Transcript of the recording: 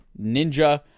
Ninja